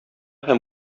һәм